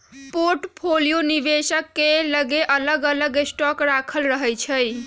portfolio निवेशक के लगे अलग अलग स्टॉक राखल रहै छइ